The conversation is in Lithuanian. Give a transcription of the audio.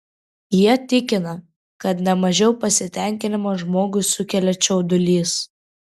jie tikina kad ne mažiau pasitenkinimo žmogui sukelia čiaudulys